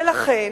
ולכן,